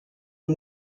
uma